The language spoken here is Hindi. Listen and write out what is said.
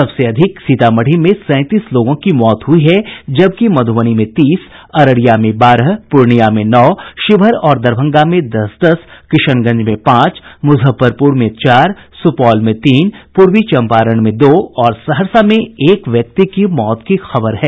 सबसे अधिक सीतामढ़ी में सैंतीस लोगों की मौत हुई है जबकि मध्रबनी में तीस अररिया में बारह पूर्णियां में नौ शिवहर और दरभंगा में दस दस किशनगंज में पांच मुजफ्फरपुर में चार सुपौल में तीन पूर्वी चम्पारण में दो और सहरसा में एक व्यक्ति की मौत की खबर है